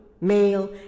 male